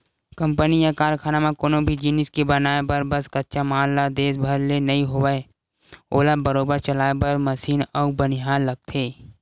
company या कारखाना म कोनो भी जिनिस के बनाय बर बस कच्चा माल ला दे भर ले नइ होवय ओला बरोबर चलाय बर मसीन अउ बनिहार लगथे